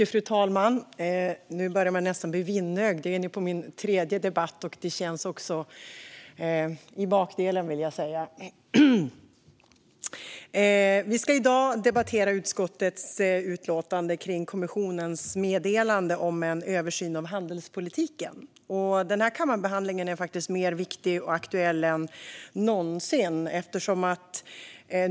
Fru talman! Nu börjar man nästan bli vindögd. Jag är inne på min tredje debatt. Det känns också i bakdelen, vill jag säga. Vi debatterar i dag utskottets utlåtande kring kommissionens meddelande om en översyn av handelspolitiken. Denna kammarbehandling är faktiskt mer viktig och aktuell än någonsin.